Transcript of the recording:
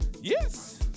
yes